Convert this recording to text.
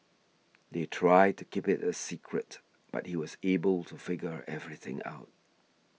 they tried to keep it a secret but he was able to figure everything out